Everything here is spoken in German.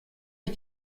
ich